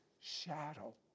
shadow